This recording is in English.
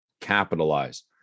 capitalize